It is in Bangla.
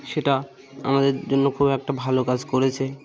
সেটা আমাদের জন্য খুব একটা ভালো কাজ করেছে